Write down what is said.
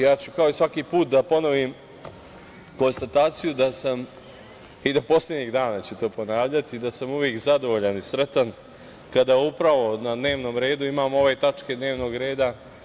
Ja ću kao i svaki put da ponovim konstataciju da sam, i do poslednjeg dana ću to ponavljati, da sam uvek zadovoljan i sretan kada na dnevnom redu imamo ove tačke dnevnog reda.